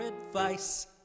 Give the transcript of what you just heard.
advice